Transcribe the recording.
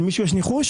למישהו יש ניחוש?